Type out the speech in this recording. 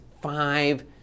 five